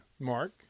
Mark